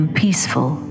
peaceful